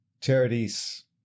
charities